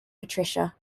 patricia